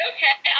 Okay